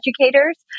educators